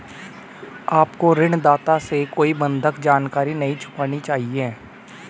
आपको ऋणदाता से कोई बंधक जानकारी नहीं छिपानी चाहिए